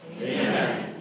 Amen